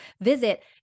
visit